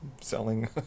selling